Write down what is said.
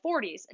40s